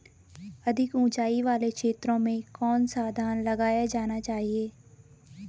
अधिक उँचाई वाले क्षेत्रों में कौन सा धान लगाया जाना चाहिए?